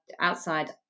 outside